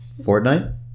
Fortnite